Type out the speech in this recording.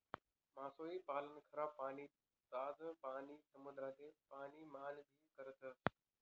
मासोई पालन खारा पाणी, ताज पाणी तसे समुद्रान पाणी मान भी करतस